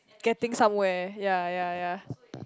getting somewhere ya ya ya